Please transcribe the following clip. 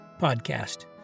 podcast